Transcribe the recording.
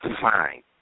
fine